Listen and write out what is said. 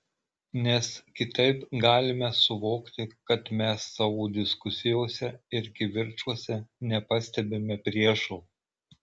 nes kitaip galime suvokti kad mes savo diskusijose ir kivirčuose nepastebime priešo